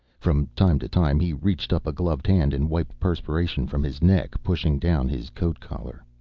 from time to time he reached up a gloved hand and wiped perspiration from his neck, pushing down his coat collar.